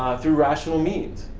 through rational means.